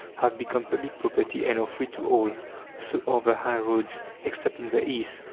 have become public property and are free to all so are the high roads, except in the east,